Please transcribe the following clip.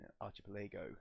Archipelago